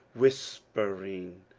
whispering,